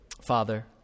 Father